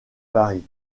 paris